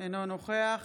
אינו נוכח